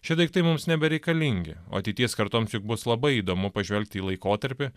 šie daiktai mums nebereikalingi o ateities kartoms juk bus labai įdomu pažvelgti į laikotarpį